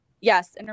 Yes